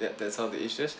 yup that's all the dishes